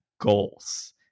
goals